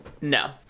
No